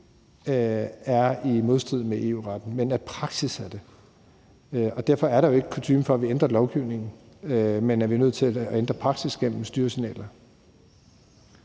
er i modstrid med EU-retten, men at praksis er det. Derfor er der jo ikke kutyme for, at vi ændrer lovgivningen, men at vi er nødt til at ændre praksis gennem styresignaler.